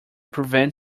prevent